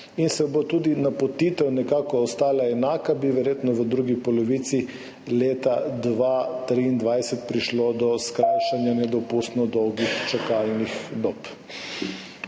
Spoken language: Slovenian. in bo tudi napotitev nekako ostala enaka, bi verjetno v drugi polovici leta 2023 prišlo do skrajšanja nedopustno dolgih čakalnih dob.